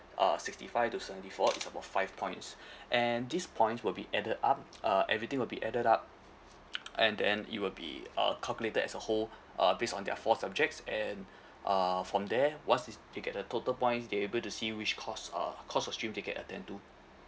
uh sixty five to seventy four it's about five points and these points will be added up uh everything will be added up and then it will be uh calculated as a whole uh based on their four subjects and uh from there once it's you get a total points they able to see which course uh course of stream they can attend to